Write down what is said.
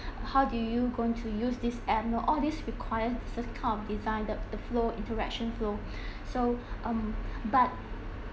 how do you going to use this app know all this requires this kind of design the flow interaction flow so um but the uh uh